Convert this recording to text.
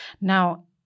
Now